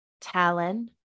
Talon